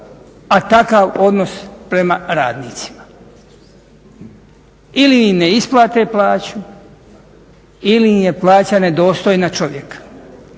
a takav odnos prema radnicima. Ili im ne isplate plaću ili im je plaća nedostojna čovjeka.